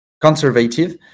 conservative